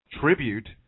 tribute